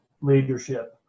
leadership